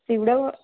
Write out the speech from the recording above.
સીવડાવવો